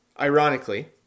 Ironically